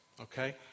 okay